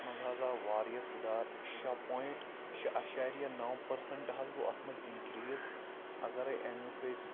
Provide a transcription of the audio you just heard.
اَتھ منٛز حظ آو واریاہ سُدھار شےٚ پویِنٛٹ شےٚ اَشاریہ نَو پٔرسَنٛٹہٕ حظ گوٚو اَتھ منٛز اِنکریٖز اگرَے اَمیُک أسۍ